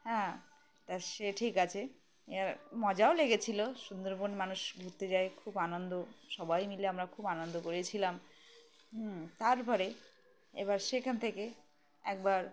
হ্যাঁ তা সে ঠিক আছে এ মজাও লেগেছিল সুন্দরবন মানুষ ঘুরতে যায় খুব আনন্দ সবাই মিলে আমরা খুব আনন্দ করেছিলাম হুম তারপরে এ বার সেখান থেকে একবার